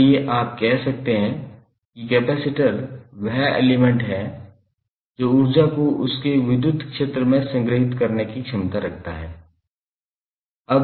इसीलिए आप कह सकते हैं कि कैपेसिटर वह एलिमेंट है जो ऊर्जा को उसके विद्युत क्षेत्र में संग्रहीत करने की क्षमता रखता है